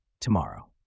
tomorrow